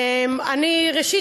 ראשית,